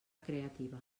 creativa